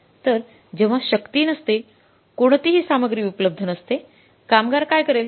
तर जेव्हा शक्ती नसते कोणतीही सामग्री उपलब्ध नसते कामगार काय करेल